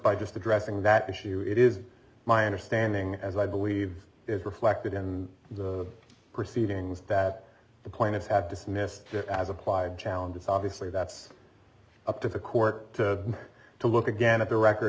by just addressing that issue it is my understanding as i believe is reflected in the proceedings that the point is have dismissed as applied challenges obviously that's up to the court to look again at the record